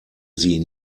sie